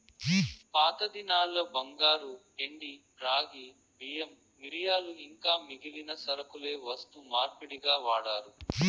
పాతదినాల్ల బంగారు, ఎండి, రాగి, బియ్యం, మిరియాలు ఇంకా మిగిలిన సరకులే వస్తు మార్పిడిగా వాడారు